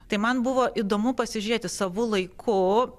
tai man buvo įdomu pasižiūrėti savu laiku